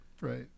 Right